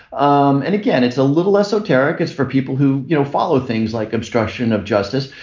um and again it's a little esoteric as for people who you know follow things like obstruction of justice.